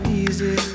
easy